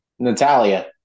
Natalia